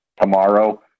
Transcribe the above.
tomorrow